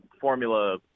formula